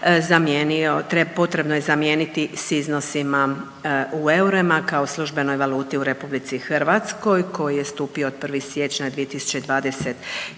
potrebno je zamijeniti s iznosima u eurima kao službenoj valuti u RH koji je stupio 1. siječnja 2023.